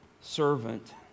servant